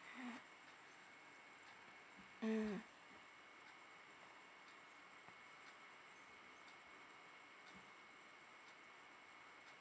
mm um